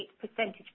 percentage